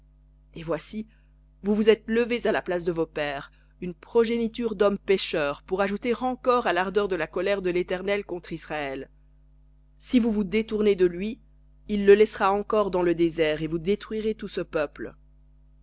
et voici vous vous êtes levés à la place de vos pères une progéniture d'hommes pécheurs pour ajouter encore à l'ardeur de la colère de l'éternel contre israël si vous vous détournez de lui il le laissera encore dans le désert et vous détruirez tout ce peuple